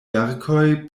verkoj